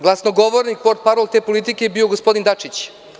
Glasnogovornik i portparol te politike je bio gospodin Dačić.